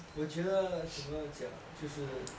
我觉得整个讲就是